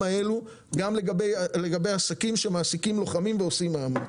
האלה גם לגבי עסקים שמעסיקים לוחמים ועושים מאמץ.